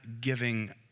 giving